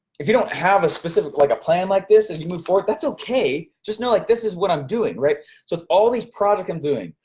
if you don't have a specific, like a plan like this as you move forward, that's okay. just know like this is what i'm doing. so it's all these project i'm doing.